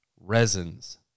resins